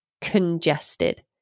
Congested